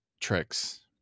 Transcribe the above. tricks